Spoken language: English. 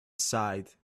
side